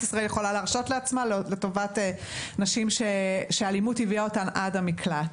ישראל יכולה להרשות לעצמה לטובת נשים שאלימות הביאה אותן עד המקלט.